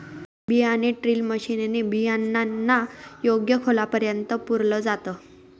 बियाणे drill machine ने बियाणांना योग्य खोलापर्यंत पुरल जात